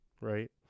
right